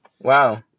Wow